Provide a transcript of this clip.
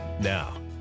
Now